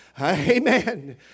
Amen